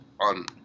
on